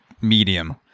Medium